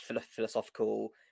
philosophical